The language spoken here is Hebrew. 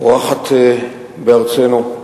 אורחת בארצנו.